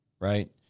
right